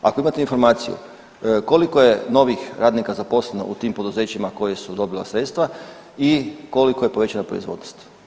Ako imate informaciju koliko je novih radnika zaposleno u tim poduzećima koja su dobila sredstva i koliko je povećana proizvodnost?